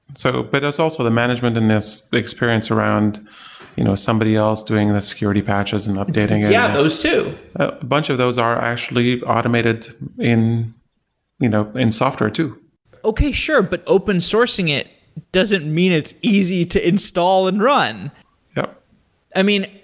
so but it's also the management in this experience around you know somebody else doing the security patches and updating it yeah, those two a bunch of those are actually automated in you know in software too okay, sure. but open sourcing it doesn't mean it's easy to install and run yup i mean,